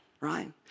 right